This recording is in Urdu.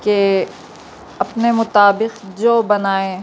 کہ اپنے مطابق جو بنائیں